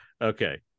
Okay